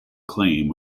claim